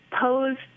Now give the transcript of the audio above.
posed